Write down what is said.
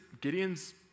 Gideon's